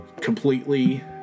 completely